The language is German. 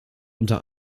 unter